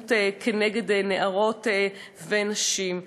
אלימות כנגד נערות ונשים.